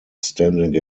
standing